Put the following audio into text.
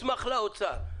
מסמך לאוצר,